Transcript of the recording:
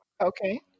Okay